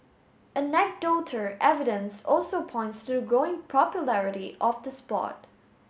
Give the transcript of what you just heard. anecdotal evidence also points to growing popularity of the sport